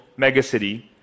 megacity